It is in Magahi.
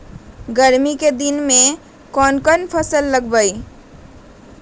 गर्मी के दिन में कौन कौन फसल लगबई?